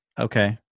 Okay